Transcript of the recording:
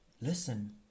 listen